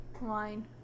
wine